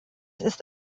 ist